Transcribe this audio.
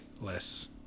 Less